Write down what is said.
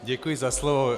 Děkuji za slovo.